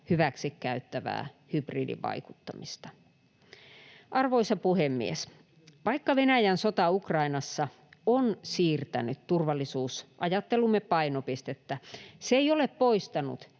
hyväksikäyttävää hybridivaikuttamista. Arvoisa puhemies! Vaikka Venäjän sota Ukrainassa on siirtänyt turvallisuusajattelumme painopistettä, se ei ole poistanut